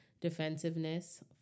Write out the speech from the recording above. defensiveness